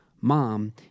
mom